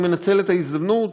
אני מנצל את ההזדמנות,